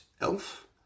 elf